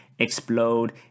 Explode